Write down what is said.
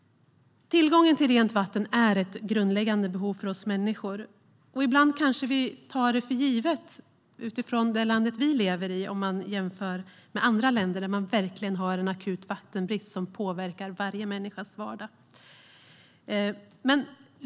Tillgången till rent vatten är ett grundläggande behov för oss människor. Ibland kanske vi tar det för givet i det land som vi lever i, jämfört med andra länder där man har en akut vattenbrist som påverkar varje människas vardag.